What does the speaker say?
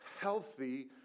healthy